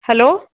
hello